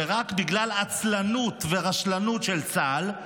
ורק בגלל עצלנות ורשלנות של צה"ל,